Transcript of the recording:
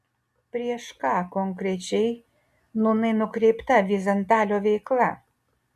prieš ką konkrečiai nūnai nukreipta vyzentalio veikla